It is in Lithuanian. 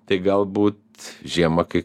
tai galbūt žiemą kai